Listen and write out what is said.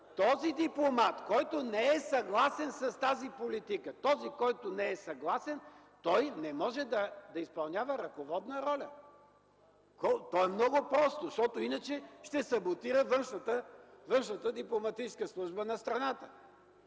Този дипломат, който не е съгласен с тази политика, той не може да изпълнява ръководна роля. То е много просто, защото иначе ще саботира външната дипломатическа служба на страната.